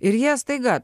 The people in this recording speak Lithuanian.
ir jie staiga